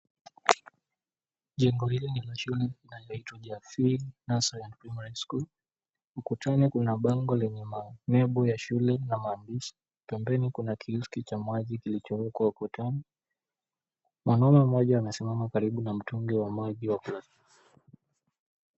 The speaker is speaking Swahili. Jengo hili ni la shule inayoitwa Ujasiri Nursery and Primary School. Ukutani kuna bango lenye malebo ya shule na maandishi pembeni kuna kiliski cha maji kilichowekwa ukutani. Mwanaume mmoja amesimama karibu na mtungi wa maji wa plastiki.